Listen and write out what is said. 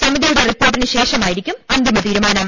സമിതിയുടെ റിപ്പോർട്ടിന് ശേഷമായിരിക്കും അന്തിമ തീരുമാനം